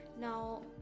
now